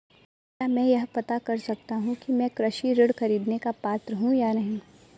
क्या मैं यह पता कर सकता हूँ कि मैं कृषि ऋण ख़रीदने का पात्र हूँ या नहीं?